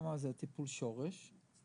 כמה זה טיפול שורש,